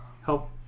Help